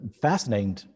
fascinating